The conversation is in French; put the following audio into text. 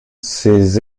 ces